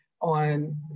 on